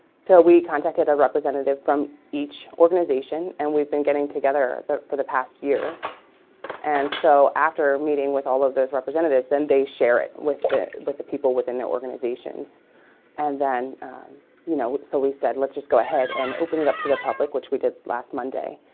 so we contacted a representative from each organization and we've been getting together for the past year and so after meeting with all of those representatives, then they share it with the with the people within their organizations and then you know, so we said let's just go ahead and open it up to the public which we did last monday